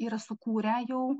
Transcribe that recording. yra sukūrę jau